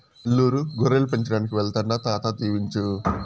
నెల్లూరు గొర్రెలు పెంచడానికి వెళ్తాండా తాత దీవించు